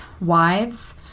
wives